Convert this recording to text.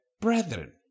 brethren